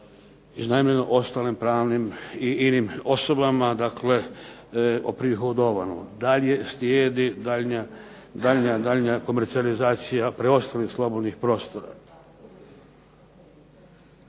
iznajmljeno ostalim pravnim i inim osobama, dakle oprihodovano. Dalje slijedi daljnja komercijalizacija preostalih slobodnih prostora,